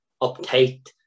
uptight